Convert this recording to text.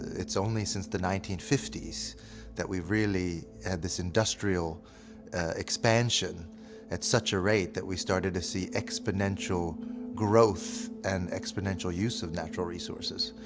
it's only since the nineteen fifty s that we've really had this industrial expansion at such a rate that we started to see exponential growth and exponential use of natural resources.